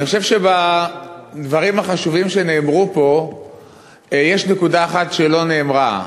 אני חושב שבדברים החשובים שנאמרו פה יש נקודה אחת שלא נאמרה,